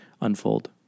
unfold